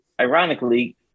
ironically